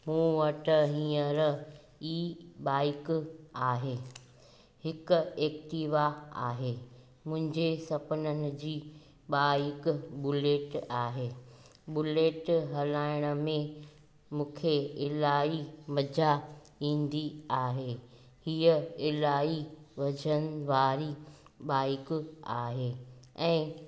मूं वटि हींअर ई बाइक आहे हिकु एक्टिवा आहे मुंहिंजे सुपिननि जी बाइक बुलेट आहे बुलेट हलाइण में मूंखे इलाही मज़ा ईंदी आहे हीअं इलाही वज़न वारी बाइक आहे ऐं